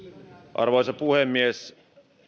arvoisa puhemies